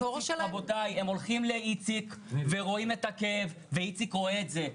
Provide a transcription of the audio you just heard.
רבותי הם הולכים לאיציק ורואים את הכאב ואיציק רואה את זה,